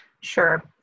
Sure